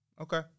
Okay